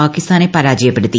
പാകിസ്ഥാനെ പരാജയപ്പെടുത്തി